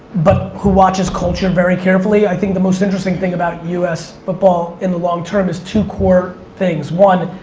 but who watches culture very carefully, i think the most interesting thing about us football in the long term is two core things, one,